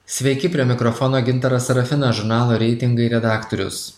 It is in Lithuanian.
sveiki prie mikrofono gintaras serafina žurnalo reitingai redaktorius